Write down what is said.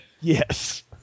Yes